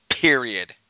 period